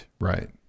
Right